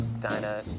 Dinah